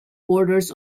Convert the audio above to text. borders